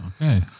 okay